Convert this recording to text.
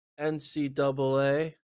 NCAA